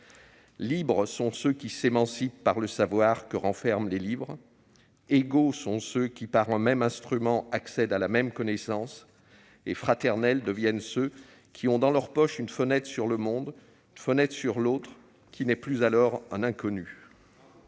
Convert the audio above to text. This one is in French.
Libres sont ceux qui s'émancipent par le savoir que renferment les livres. Égaux sont ceux qui par un même instrument accèdent à la même connaissance. Fraternels deviennent ceux qui ont dans leur poche une fenêtre sur le monde, fenêtre sur l'autre qui n'est alors plus inconnu.